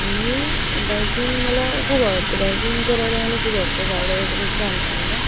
आणि बायकिंग मला खुप आवडतं बायकिंग करायला मला खुप आवडतं गाड्या वगैरे चालवायला